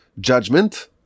judgment